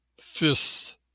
fifth